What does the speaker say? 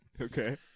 okay